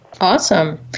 Awesome